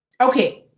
okay